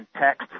text